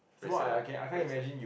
very sad lah very sad